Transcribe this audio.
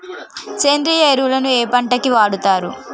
సేంద్రీయ ఎరువులు ఏ పంట కి వాడుతరు?